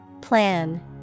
Plan